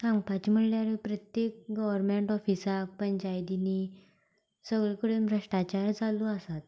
सांगपाचे म्हणल्यार प्रत्येक गर्वमेंट ऑफिसाक पंचायतीनी सगळें कडेन भ्रश्टाचार चालू आसात